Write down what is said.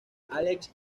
alex